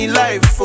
life